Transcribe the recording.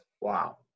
Wow